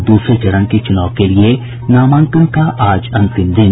और दूसरे चरण के चूनाव के लिए नामांकन का आज अंतिम दिन